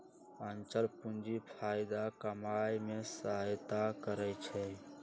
आंचल पूंजी फयदा कमाय में सहयता करइ छै